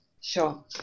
sure